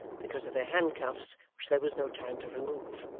because of their handcuffs which there was no time to remove.